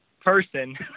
person